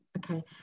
Okay